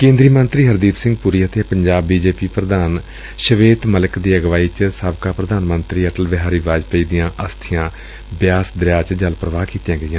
ਕੇਂਦਰੀ ਮੰਤਰੀ ਹਰਦੀਪ ਸਿੰਘ ਪੁਰੀ ਅਤੇ ਪੰਜਾਬ ਬੀ ਜੇ ਪੀ ਪ੍ਰਧਾਨ ਸ਼ਵੇਤ ਮਲਿਕ ਦੀ ਅਗਵਾਈ 'ਚ ਸਾਬਕਾ ਪੁਧਾਨ ਮੰਤਰੀ ਅਟਲ ਬਿਹਾਰੀ ਵਾਜਪਾਈ ਦੀਆਂ ਅਸਬੀਆਂ ਬਿਆਸ ਦਰਿਆ 'ਚ ਜਲ ਪੁਵਾਹ ਕੀਤੀਆਂ ਗਈਆਂ